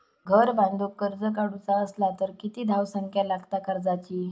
घर बांधूक कर्ज काढूचा असला तर किती धावसंख्या लागता कर्जाची?